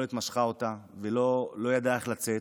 המערבולת משכה אותה והיא לא ידעה איך לצאת,